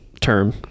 term